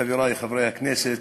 חברי חברי הכנסת,